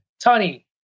Tony